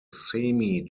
semi